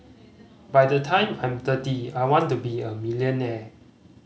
by the time I'm thirty I want to be a millionaire